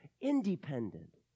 independent